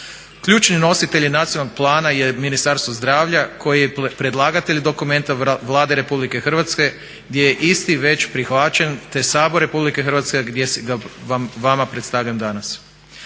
Ključni nositelji nacionalnog plana je Ministarstvo zdravlja koji je predlagatelj dokumenta Vlade RH gdje je isti već prihvaćen te ga Sabor RH gdje ga vama predstavljam danas.